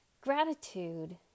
Gratitude